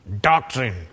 Doctrine